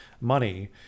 money